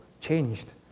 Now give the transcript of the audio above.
changed